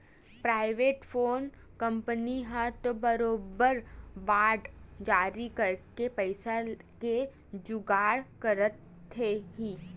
private कोनो company ह तो बरोबर बांड जारी करके पइसा के जुगाड़ करथे ही